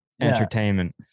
Entertainment